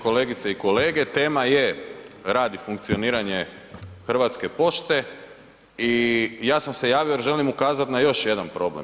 Kolegice i kolege, tema je rad i funkcioniranje Hrvatske pošte i ja sam se javio jer želim ukazat na još jedan problem.